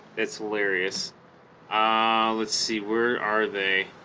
it's hilarious ah let's see where are they